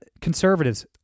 conservatives